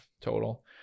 total